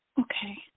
Okay